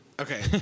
okay